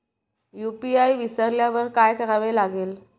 UPI विसरल्यावर काय करावे लागेल?